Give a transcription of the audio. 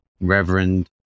Reverend